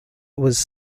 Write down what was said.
was